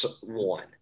one